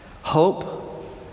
hope